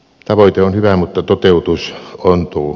tavoite on hyvä mutta toteutus ontuu